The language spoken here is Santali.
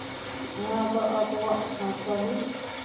ᱱᱚᱣᱟ ᱫᱚ ᱟᱵᱚᱣᱟᱜ ᱥᱟᱱᱛᱟᱲᱤ